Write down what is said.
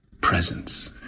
presence